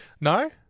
No